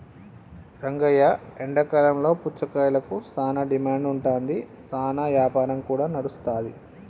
రంగయ్య ఎండాకాలంలో పుచ్చకాయలకు సానా డిమాండ్ ఉంటాది, సానా యాపారం కూడా నడుస్తాది